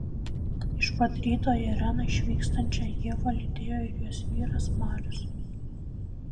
iš pat ryto į areną išvykstančią ievą lydėjo ir jos vyras marius